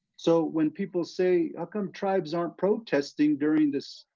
so when people say, how come tribes aren't protesting during this